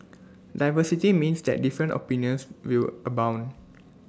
diversity means that different opinions will abound